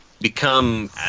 become